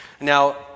Now